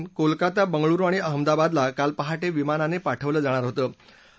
हे चलन कोलकाता बंगळूरु आणि अहमदाबादला काल पहाटे विमानानं पाठवलं जाणार होतं